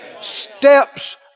Steps